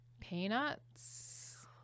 peanuts